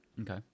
Okay